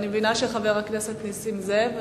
אני מבינה שחבר הכנסת נסים זאב רוצה,